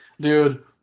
dude